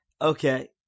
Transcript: Okay